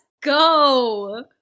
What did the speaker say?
go